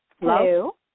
Hello